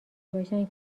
باشن